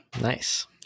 Nice